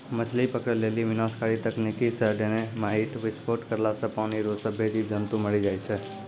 मछली पकड़ै लेली विनाशकारी तकनीकी से डेनामाईट विस्फोट करला से पानी रो सभ्भे जीब जन्तु मरी जाय छै